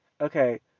okay